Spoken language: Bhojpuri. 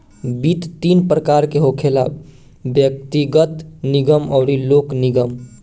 वित्त तीन प्रकार के होखेला व्यग्तिगत, निगम अउरी लोक निगम